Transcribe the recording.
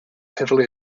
heavily